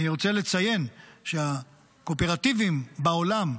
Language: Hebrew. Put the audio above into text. אני רוצה לציין שהקואופרטיבים בעולם,